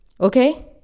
Okay